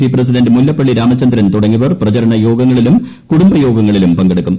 C president Mullappally Ramachandran തുടങ്ങിയവർ പ്രചരണ യോഗങ്ങളിലും കുടുംബയോഗങ്ങളിലും പങ്കെടുക്കും